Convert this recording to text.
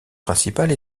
principale